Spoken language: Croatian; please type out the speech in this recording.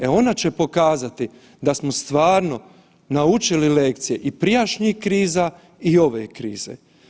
E ona će pokazati da smo stvarno naučili lekcije i prijašnjih kriza i ove krize.